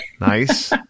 nice